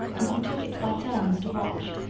and we took it by turns to watch.